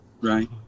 Right